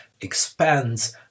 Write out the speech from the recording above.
expands